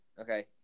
Okay